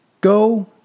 Go